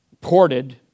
ported